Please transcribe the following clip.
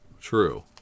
True